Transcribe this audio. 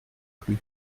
plus